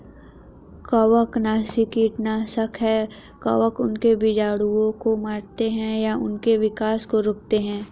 कवकनाशी कीटनाशक है कवक उनके बीजाणुओं को मारते है या उनके विकास को रोकते है